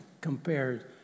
compared